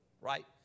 right